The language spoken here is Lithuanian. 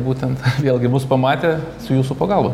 būtent vėlgi mus pamatė su jūsų pagalba